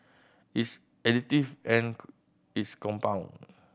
it's additive and its compound